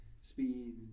speed